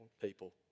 people